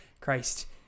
Christ